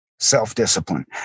self-discipline